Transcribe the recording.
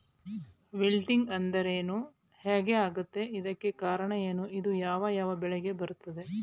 Wilting ಅಂದ್ರೇನು? ಹೆಗ್ ಆಗತ್ತೆ? ಇದಕ್ಕೆ ಕಾರಣ ಏನು? ಇದು ಯಾವ್ ಯಾವ್ ಬೆಳೆಗೆ ಬರುತ್ತೆ?